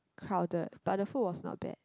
crowded but the food was not bad